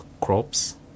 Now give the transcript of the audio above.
crops